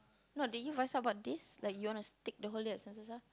no but did you voice out about this like you want to stick the whole day at Sentosa